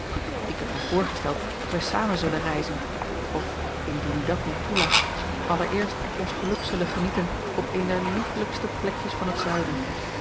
ik heb mij voorgesteld dat wij samen zullen reizen of indien u dat niet toelacht allereerst ons geluk zullen genieten op een der liefelijkste plekjes van het zuiden